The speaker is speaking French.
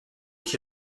qui